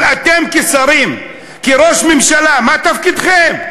אבל אתם כשרים, כראש ממשלה, מה תפקידכם?